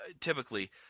typically –